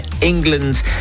England